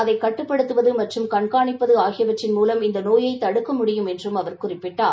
அதை கட்டுப்படுத்துவது மற்றும் கண்காணிப்பது ஆகியவற்றின் மூலம் இந்த நோயை தடுக்க முடியும் என்றும் அவர் குறிப்பிட்டார்